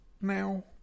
now